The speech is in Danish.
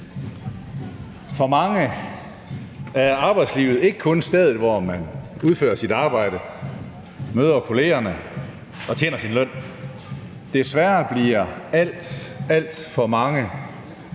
For mange er arbejdslivet ikke kun stedet, hvor man udfører sit arbejde, møder kollegerne og tjener sin løn. Desværre bliver alt, alt for mange